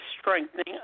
strengthening